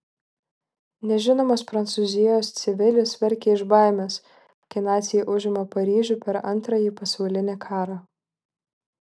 nežinomas prancūzijos civilis verkia iš baimės kai naciai užima paryžių per antrąjį pasaulinį karą